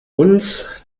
uns